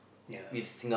ya